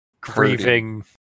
grieving